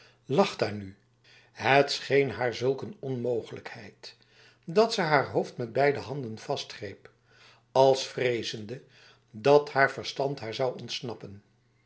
lag daar nu het scheen haar zulk een onmogelijkheid dat ze haar hoofd met beide handen vastgreep als vrezende dat haar verstand haar zou ontsnappen